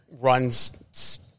runs